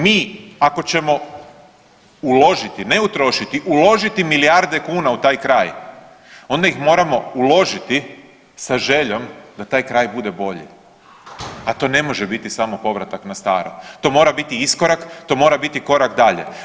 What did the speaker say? Mi ako ćemo uložiti, ne utrošiti, uložiti milijarde kuna u taj kraj onda ih moramo uložiti sa željom da taj kraj bude bolji, a to ne može biti samo povratak na staro, to mora biti iskorak i to mora biti korak dalje.